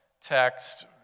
text